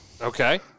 Okay